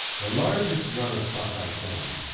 the largest run of sockeye salmon,